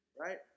right